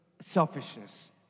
selfishness